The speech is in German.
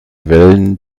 wellen